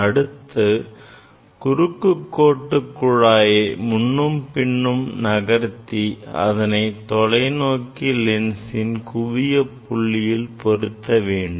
அடுத்து குறுக்கு கோட்டு குழாயை முன்னும் பின்னும் நகர்த்தி அதனை தொலைநோக்கி லென்சின் குவிய புள்ளியில் பொருத்த வேண்டும்